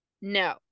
No